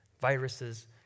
Viruses